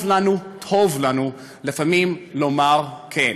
טוב לנו, טוב לנו לפעמים לומר כן.